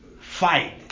fight